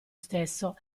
stesso